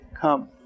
Come